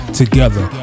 together